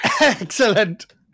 Excellent